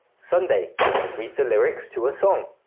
sunday read the lyrics to a song